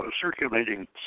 circulating